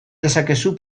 dezakezu